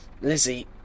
Lizzie